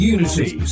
Unity